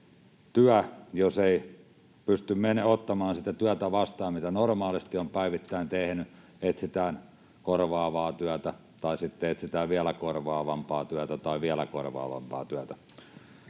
jos ei pysty ottamaan sitä työtä vastaan, mitä normaalisti on päivittäin tehnyt, etsitään korvaavaa työtä tai sitten etsitään vielä korvaavampaa työtä tai vielä korvaavampaa työtä.